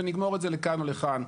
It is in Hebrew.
ונגמור את זה לכאן או לכאן.